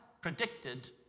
predicted